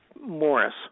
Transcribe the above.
Morris